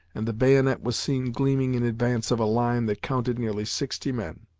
and the bayonet was seen gleaming in advance of a line that counted nearly sixty men.